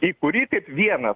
į kurį kaip vieną